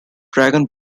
dragon